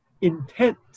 intent